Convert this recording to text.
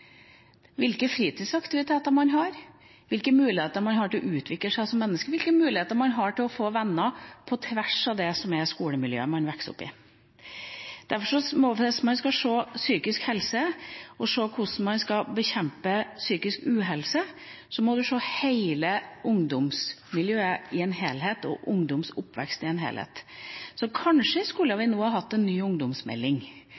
hvilke fritidsaktiviteter man har, hvilke muligheter man har til å utvikle seg som menneske, hvilke muligheter man har til å få venner på tvers av det skolemiljøet man vokser opp i. Derfor, hvis man skal se på psykisk helse og på hvordan man skal bekjempe psykisk «uhelse», må man se hele ungdomsmiljøet og ungdoms oppvekst i en helhet. Så kanskje skulle